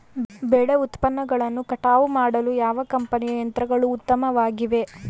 ಬೆಳೆ ಉತ್ಪನ್ನಗಳನ್ನು ಕಟಾವು ಮಾಡಲು ಯಾವ ಕಂಪನಿಯ ಯಂತ್ರಗಳು ಉತ್ತಮವಾಗಿವೆ?